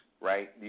right